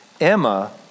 Emma